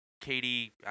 Katie